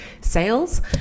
sales